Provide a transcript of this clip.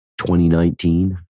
2019